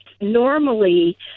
normally